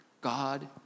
God